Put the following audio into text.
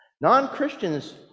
Non-Christians